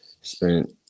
spent